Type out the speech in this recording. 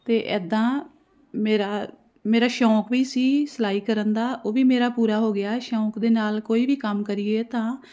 ਅਤੇ ਇੱਦਾਂ ਮੇਰਾ ਮੇਰਾ ਸ਼ੌਂਕ ਵੀ ਸੀ ਸਿਲਾਈ ਕਰਨ ਦਾ ਉਹ ਵੀ ਮੇਰਾ ਪੂਰਾ ਹੋ ਗਿਆ ਸ਼ੌਂਕ ਦੇ ਨਾਲ ਕੋਈ ਵੀ ਕੰਮ ਕਰੀਏ ਤਾਂ